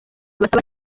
basaba